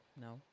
No